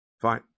Fine